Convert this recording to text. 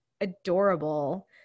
adorable